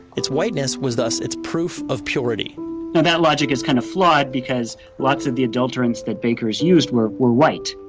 its whiteness was thus it's proof of purity now that logic is kind of flawed because lots of the adulterants that bakers used were were white,